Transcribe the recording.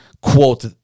quote